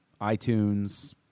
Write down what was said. iTunes